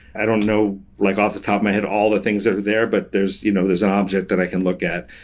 i don't know like off the top my head all the things that are there, but there's you know an object that i can look at.